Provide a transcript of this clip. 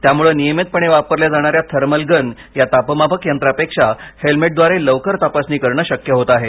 त्यामुळे नियमितपणे वापरल्या जाणाऱ्या थर्मल गन या तापमापक यंत्रापेक्षा हेल्मेटद्वारे लवकर तपासणी करणं शक्य होत आहे